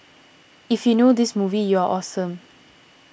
if you know this movie you're awesome